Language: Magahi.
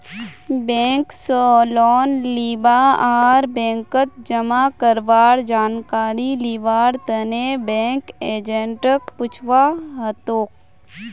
बैंक स लोन लीबा आर बैंकत जमा करवार जानकारी लिबार तने बैंक एजेंटक पूछुवा हतोक